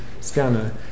scanner